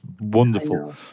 wonderful